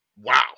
wow